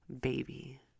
baby